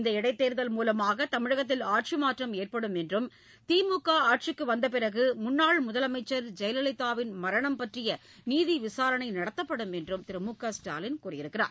இந்த இடைத்தோதல் மூலமாக தமிழகத்தில் ஆட்சிமாற்றம் ஏற்படும் என்றும் திமுக ஆட்சிக்கு வந்தப்பிறகு முன்னாள் முதலமைச்சர் ஜெயலலிதாவின் மரணம் பற்றிய நீதிவிசாரணை நடத்தப்படும் என்று அவர் கூறினார்